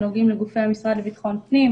שנוגעים לגופי המשרד לביטחון פנים,